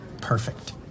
perfect